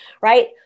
right